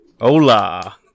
Hola